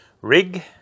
Rig